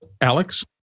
Alex